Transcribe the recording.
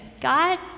God